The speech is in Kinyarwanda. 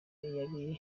yari